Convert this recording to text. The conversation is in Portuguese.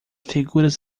figuras